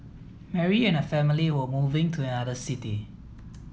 Mary and her family were moving to another city